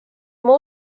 oma